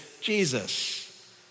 Jesus